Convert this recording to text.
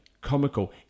comical